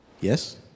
Yes